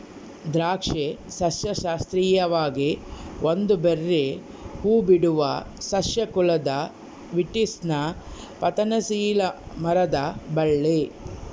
ದ್ರಾಕ್ಷಿ ಸಸ್ಯಶಾಸ್ತ್ರೀಯವಾಗಿ ಒಂದು ಬೆರ್ರೀ ಹೂಬಿಡುವ ಸಸ್ಯ ಕುಲದ ವಿಟಿಸ್ನ ಪತನಶೀಲ ಮರದ ಬಳ್ಳಿ